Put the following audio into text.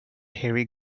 harry